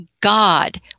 God